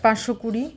পাঁচশো কুড়ি